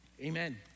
Amen